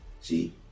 See